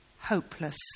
hopeless